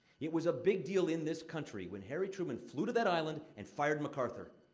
it was a big deal in this country when harry truman flew to that island and fired macarthur.